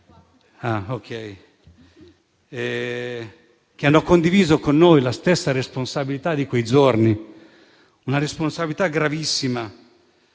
che hanno condiviso con noi la stessa responsabilità di quei giorni, una responsabilità gravissima,